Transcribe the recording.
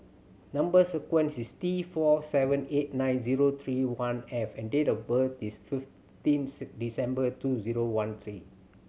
number sequence is T four seven eight nine zero three one F and date of birth is fifteenth December two zero one three